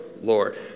Lord